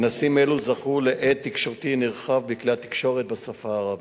כנסים אלו זכו להד תקשורתי נרחב בכלי התקשורת בשפה הערבית.